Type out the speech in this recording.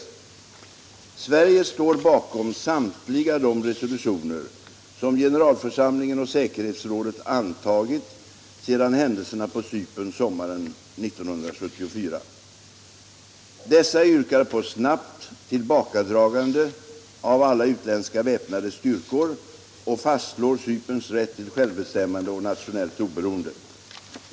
Sverige står bakom samtliga de resolutioner som generalförsamlingen och säkerhetsrådet antagit sedan händelserna på Cypern sommaren 1974. Dessa resolutioner yrkar på snabbt tillbakadragande av alla utländska väpnade styrkor och fastslår Cyperns rätt till självbestämmande och nationellt oberoende.